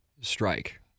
strike